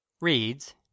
Reads